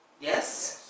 Yes